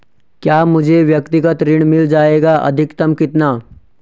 क्या मुझे व्यक्तिगत ऋण मिल जायेगा अधिकतम कितना?